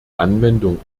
anwendung